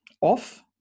off